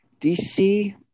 DC